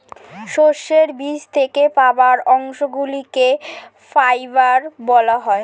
সর্ষের বীজ থেকে পাওয়া অংশগুলিকে ফাইবার বলা হয়